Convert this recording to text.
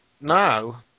now